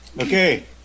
Okay